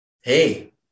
hey